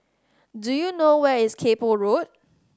do you know where is Kay Poh Road